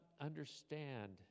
understand